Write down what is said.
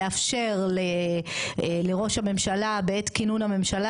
לאפשר לראש הממשלה בעת כינון הממשלה,